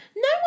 No